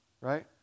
right